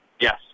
Yes